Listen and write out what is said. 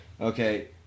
Okay